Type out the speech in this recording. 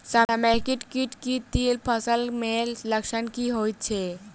समेकित कीट केँ तिल फसल मे लक्षण की होइ छै?